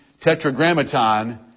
tetragrammaton